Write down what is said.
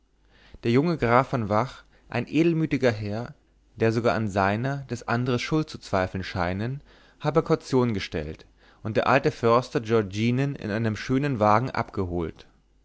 der junge graf von vach ein edelmütiger herr der sogar an seiner des andres schuld zu zweifeln scheinen habe kaution gestellt und der alte förster giorginen in einem schönen wagen abgeholt